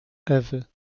ewy